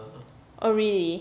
oh really